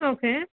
okay